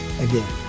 again